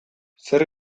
zer